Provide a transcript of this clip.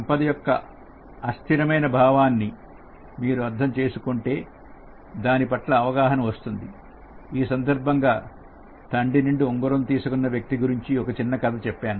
సంపద యొక్క అస్థిరమైన భావాన్ని మీరు అర్థం చేసుకుంటే దాని పట్ల అవగాహన వస్తుంది ఈ సందర్భంగా తండ్రి నుండి ఉంగరం తీసుకొన్న వ్యక్తి గురించి ఒక చిన్న కథ చెప్పాను